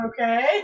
okay